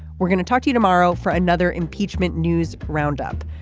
we're going to talk to you tomorrow for another impeachment news roundup.